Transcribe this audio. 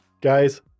Guys